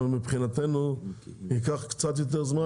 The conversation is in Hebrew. מבחינתנו ייקח קצת יותר זמן,